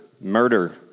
murder